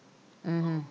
mmhmm